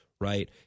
right